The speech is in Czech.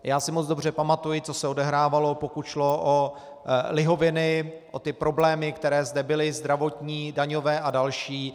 Já si moc dobře pamatuji, co se odehrávalo, pokud šlo o lihoviny, o problémy, které zde byly, zdravotní, daňové a další.